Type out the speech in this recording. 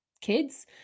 kids